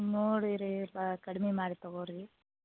ನೋಡಿ ರೀ ಪಾ ಕಡ್ಮೆ ಮಾಡಿ ತಗೋರಿ